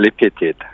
repeated